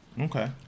Okay